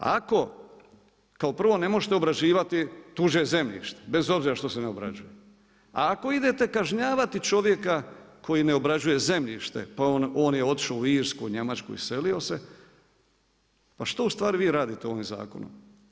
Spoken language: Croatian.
Ako kao prvo ne možete obrađivati tuđe zemljište, bez obzira što ne obrađuje, ako idete kažnjavati čovjeka koji ne obrađuje zemljište, pa on je otišao u Irsku, Njemačku, iselio se, pa što ustvari vi radite ovom zakonu?